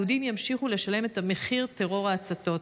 יהודים ימשיכו לשלם את מחיר טרור ההצתות.